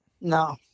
No